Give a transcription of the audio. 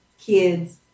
kids